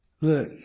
Look